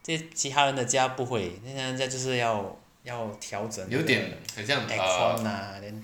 这些其他人的家就不会人家就是要要调整那个 aircon lah then